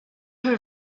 her